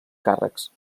càrrecs